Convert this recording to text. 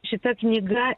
šita knyga